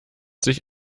sich